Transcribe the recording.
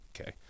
okay